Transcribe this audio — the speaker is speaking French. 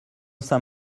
saint